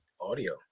Audio